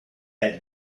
had